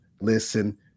listen